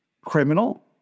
criminal